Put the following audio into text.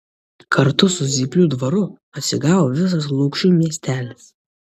kartu su zyplių dvaru atsigavo visas lukšių miestelis